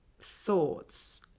thoughts